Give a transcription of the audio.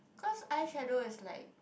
because eyeshadow is like